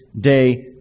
day